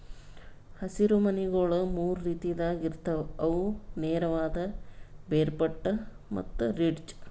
ಹಸಿರು ಮನಿಗೊಳ್ ಮೂರು ರೀತಿದಾಗ್ ಇರ್ತಾವ್ ಅವು ನೇರವಾದ, ಬೇರ್ಪಟ್ಟ ಮತ್ತ ರಿಡ್ಜ್